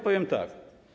Powiem tak.